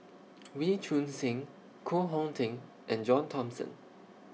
Wee Choon Seng Koh Hong Teng and John Thomson